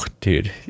dude